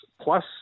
plus